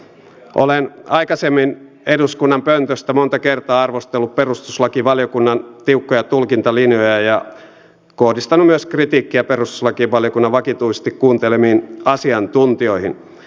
olen aikaisemmin eduskunnan pöntöstä monta kertaa arvostellut perustuslakivaliokunnan tiukkoja tulkintalinjoja ja kohdistanut kritiikkiä myös perustuslakivaliokunnan vakituisesti kuuntelemiin asiantuntijoihin